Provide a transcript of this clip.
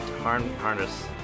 harness